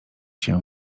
się